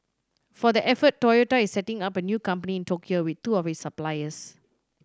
for the effort Toyota is setting up a new company in Tokyo with two of its suppliers